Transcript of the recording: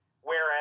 whereas